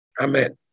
Amen